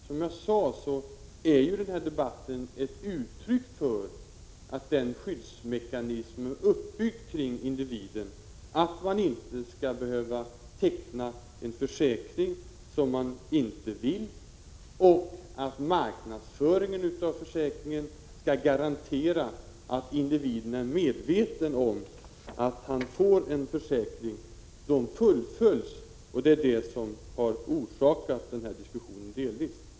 Som jag sade är den här debatten ett uttryck för att de skyddsmekanismer som byggts upp kring individen — som skall tillse att man inte skall behöva teckna försäkringar som man inte vill ha och att marknadsföringen av försäkringar genomförs så att individen är medveten om att han får en försäkring — fungerar. Det är delvis sådana synpunkter som har orsakat den här diskussionen.